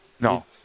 No